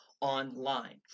online